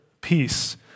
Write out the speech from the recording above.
peace